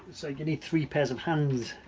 it's like you need three pairs of hands.